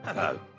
Hello